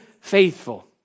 faithful